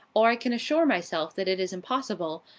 or i can assure myself that it is impossible,